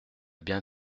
bien